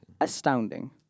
Astounding